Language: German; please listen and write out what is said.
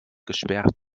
gesperrt